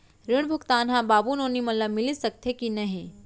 ऋण भुगतान ह बाबू नोनी मन ला मिलिस सकथे की नहीं?